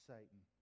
Satan